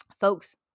Folks